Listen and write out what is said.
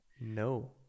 no